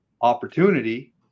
opportunity